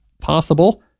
possible